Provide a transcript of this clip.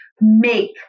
make